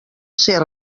ser